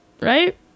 right